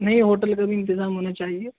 نہیں ہوٹل کا بھی انتظام ہونا چاہیے